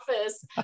office